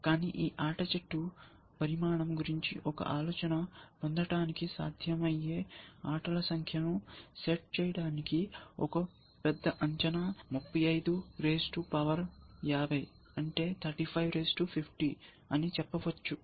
కానీ ఈ ఆట చెట్టు పరిమాణం గురించి ఒక ఆలోచన పొందడానికి సాధ్యమయ్యే ఆటల సంఖ్యను సెట్ చేయడానికి ఒక పెద్ద అంచనా 35 రైజ్ టు పవర్ 50 అని చెప్పవచ్చు